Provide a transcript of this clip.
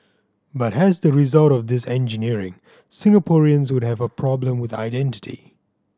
but as the result of this engineering Singaporeans would have a problem with identity